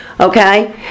Okay